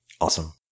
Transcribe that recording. Awesome